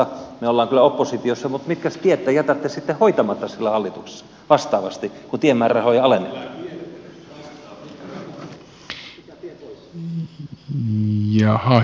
me olemme kyllä oppositiossa mutta mitkäs tiet te jätätte sitten hoitamatta siellä hallituksessa vastaavasti kun tiemäärärahoja alennetaan